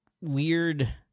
weird